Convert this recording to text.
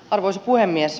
arvoisa puhemies